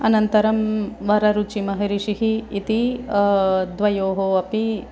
अनन्तरं वररुचिमहर्षिः इति द्वयोः अपि